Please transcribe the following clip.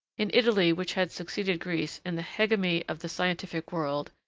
in italy, which had succeeded greece in the hegemony of the scientific world,